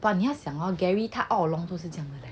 but 你要想 hor gary all along 就是这样的